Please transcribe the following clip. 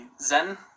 Zen